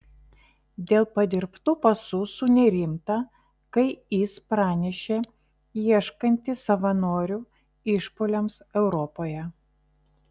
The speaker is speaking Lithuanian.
dėl padirbtų pasų sunerimta kai is pranešė ieškanti savanorių išpuoliams europoje